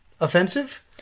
offensive